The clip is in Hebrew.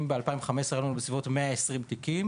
אם ב-2015 היו לנו בסביבות 120 תיקים,